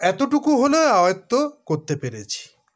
এতটুকু হলেও আয়ত্ত করতে পেরেছি